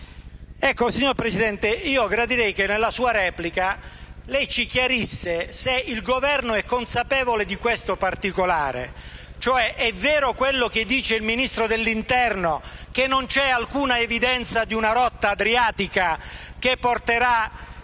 del Consiglio, io gradirei che nella sua replica lei ci chiarisse se il Governo è consapevole di questo particolare. È vero quello che dice il Ministro dell'interno, che non c'è alcuna evidenza di una rotta adriatica che porterà